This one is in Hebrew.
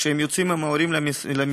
כשהם יוצאים עם ההורים למסעדה,